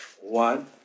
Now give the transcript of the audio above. one